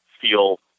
feel